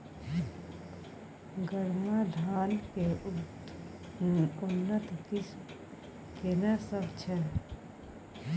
गरमा धान के उन्नत किस्म केना सब छै?